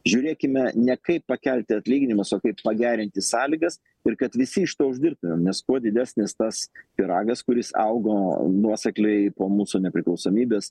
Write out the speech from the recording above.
žiūrėkime ne kaip pakelti atlyginimus o kaip pagerinti sąlygas ir kad visi iš to uždirbtumėm nes kuo didesnis tas pyragas kuris augo nuosekliai po mūsų nepriklausomybės